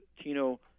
Tino